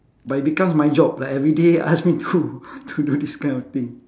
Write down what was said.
but it becomes my job like everyday ask me to to do this kind of thing